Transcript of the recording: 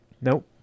Nope